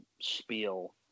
spiel